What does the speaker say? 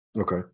Okay